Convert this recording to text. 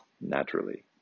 naturally